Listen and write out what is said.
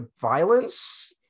violence